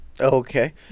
okay